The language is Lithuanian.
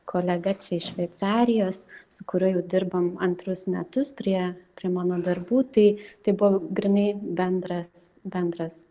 kolega čia iš šveicarijos su kuriuo jau dirbam antrus metus prie prie mano darbų tai tai buvo grynai bendras bendras